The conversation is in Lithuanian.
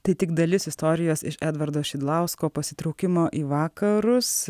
tai tik dalis istorijos iš edvardo šidlausko pasitraukimo į vakarus